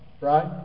Right